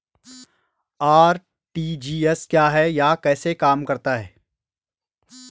RTGS क्या है यह कैसे काम करता है?